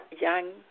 young